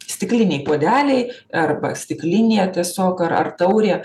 stikliniai puodeliai arba stiklinė tiesiog ar ar taurė